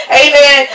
amen